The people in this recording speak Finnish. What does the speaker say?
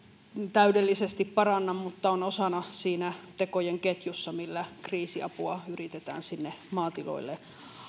täydellisesti paranna mutta on osana siinä tekojen ketjussa millä kriisi apua yritetään sinne maatiloille